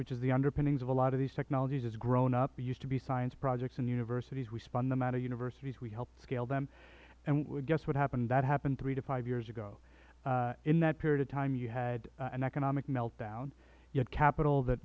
which is the underpinnings of a lot of these technologies has grown up it used to be science projects in universities we spun them out of universities we helped scale them and guess what happened that happened three to five years ago in that period of time you had an economic meltdown you had capital that